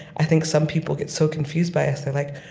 i think, some people get so confused by us. they're like,